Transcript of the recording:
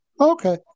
Okay